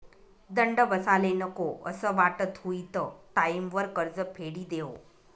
दंड बसाले नको असं वाटस हुयी त टाईमवर कर्ज फेडी देवो